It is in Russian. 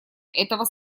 этого